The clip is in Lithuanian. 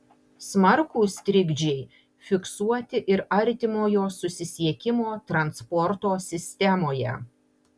smarkūs trikdžiai fiksuoti ir artimojo susisiekimo transporto sistemoje